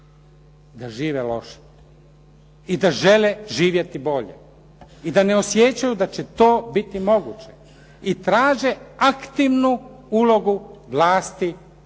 da žive loše i da žele živjeti bolje i da ne osjećaju da će to biti moguće i traže aktivnu ulogu vlasti,